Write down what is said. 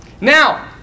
Now